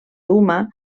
duma